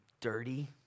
dirty